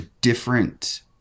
different